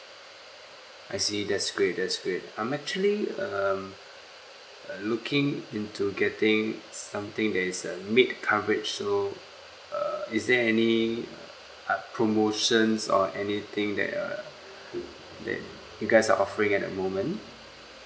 I see that's great that's great I'm actually um uh looking into getting something that is a mid coverage so uh is there any uh promotions or anything that err that you guys are offering at the moment